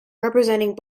representing